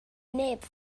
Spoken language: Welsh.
neb